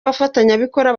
abafatanyabikorwa